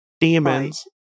Demons